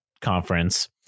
conference